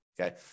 Okay